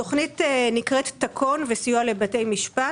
התכנית נקראת תקון סיוע לבתי משפט.